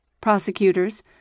prosecutors